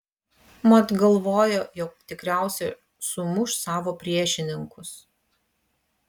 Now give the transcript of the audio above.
mat galvojo jog tikriausiai sumuš savo priešininkus